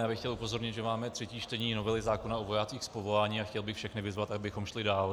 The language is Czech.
Já bych chtěl upozornit, že máme třetí čtení novely zákona o vojácích z povolání, a chtěl bych všechny vyzvat, abychom šli dál.